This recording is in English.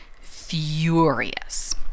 furious